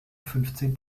fünfzehn